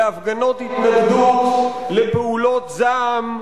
להפגנות התנגדות, לפעולות זעם.